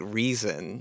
reason